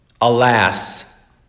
alas